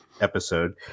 episode